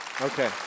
Okay